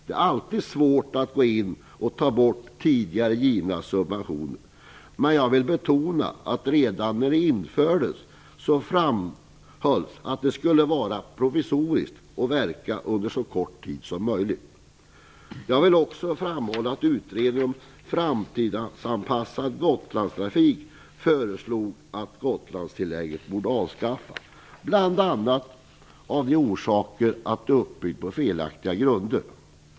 Det är alltid svårt att gå in och ta bort tidigare givna subventioner. Men jag vill betona att redan när det infördes framhölls att det skulle vara provisoriskt och verka under så kort tid som möjligt. Jag vill också framhålla att utredningen om en framtidsanpassad Gotlandstrafik föreslog att Gotlandstillägget borde avskaffas, bl.a. av den orsaken att det är uppbyggt på felaktiga grunder.